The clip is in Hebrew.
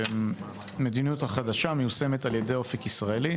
המדיניות החדשה מיושמת על ידי "אופק ישראל".